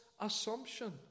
assumption